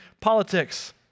politics